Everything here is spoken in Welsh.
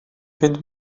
fynd